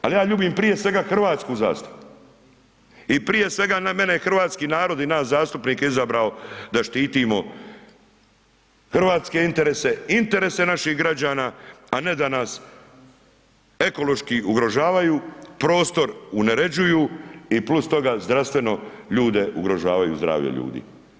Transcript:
Ali ja ljubim prije svega hrvatsku zastavu i prije svega mene je hrvatski narod i nas zastupnike izabrao da štitimo hrvatske interese, interese naših građana, a ne da nas ekološki ugrožavaju, prostor uneređuju i plus toga, zdravstveno ljude ugrožavaju, zdravlje ljudi.